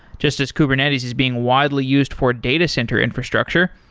just as kubernetes is being widely used for data center infrastructure,